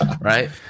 right